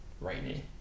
rainy